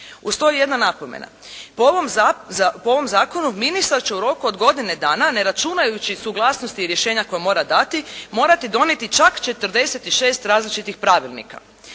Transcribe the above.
Uz to i jedna napomena, po ovom zakonu ministar će u roku od godine dana, ne računajući suglasnosti i rješenja koja mora dati, morati donijeti čak 46 različitih pravilnika.